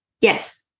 Yes